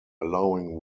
allowing